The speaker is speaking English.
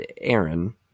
Aaron